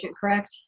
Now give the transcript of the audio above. correct